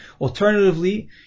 Alternatively